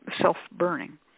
self-burning